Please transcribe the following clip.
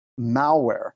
malware